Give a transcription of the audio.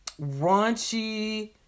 raunchy